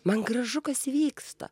man gražu kas vyksta